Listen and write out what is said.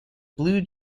blue